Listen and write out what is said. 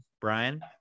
Brian